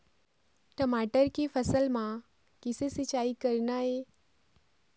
टमाटर के फसल म किसे सिचाई करना ये?